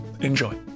Enjoy